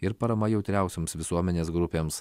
ir parama jautriausioms visuomenės grupėms